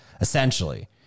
essentially